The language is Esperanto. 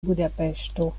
budapeŝto